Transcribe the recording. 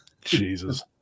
Jesus